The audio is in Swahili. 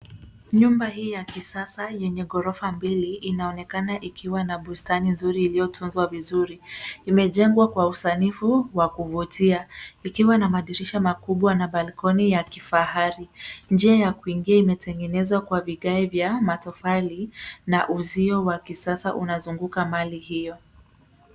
Nyumba hii ya kisasa yenye ghorofa mbili inaonekana ikiwa na bustani nzuri iliyotunzwa vizuri. Imejengwa kwa usanifu wa kuvutia ikiwa na madirisha makubwa na balkoni ya kifahari. Njia ya kuingia imetengenezwa kwa vigae vya matofali na uzio wa kisasa unazunguka mali hio.